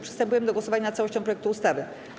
Przystępujemy do głosowania nad całością projektu ustawy.